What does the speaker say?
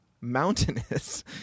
mountainous